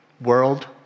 World